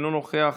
אינו נוכח,